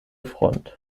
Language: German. front